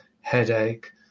headache